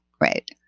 right